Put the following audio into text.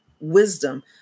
wisdom